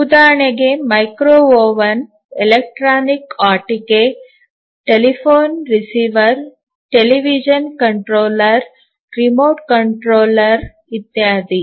ಉದಾಹರಣೆಗೆ microwave oven electronic ಆಟಿಕೆ telephone receiver television controller remote controller ಇತ್ಯಾದಿ